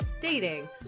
dating